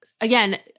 again